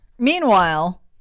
Meanwhile